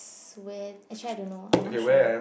s~ where actually I don't know I'm not sure